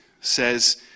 says